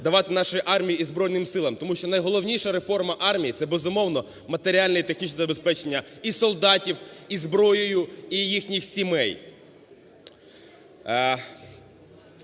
давати нашій армії і Збройним Силам. Тому що найголовніша реформа армії – це, безумовно, матеріальне і технічне забезпечення і солдатів, і зброєю, і їхніх сімей.